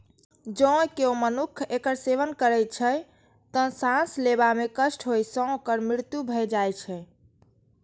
जौं केओ मनुक्ख एकर सेवन करै छै, तं सांस लेबा मे कष्ट होइ सं ओकर मृत्यु भए जाइ छै